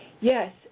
yes